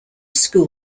school